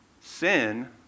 Sin